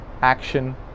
action